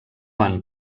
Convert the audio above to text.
han